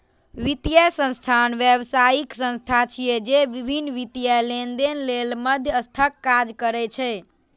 वित्तीय संस्थान व्यावसायिक संस्था छिय, जे विभिन्न वित्तीय लेनदेन लेल मध्यस्थक काज करै छै